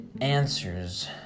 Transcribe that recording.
answers